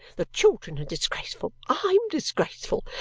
the children are disgraceful. i'm disgraceful.